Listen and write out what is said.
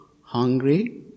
hungry